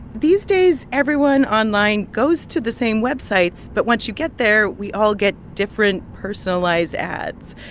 these days, everyone online goes to the same web sites, but once you get there, we all get different personalized ads.